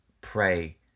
pray